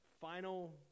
final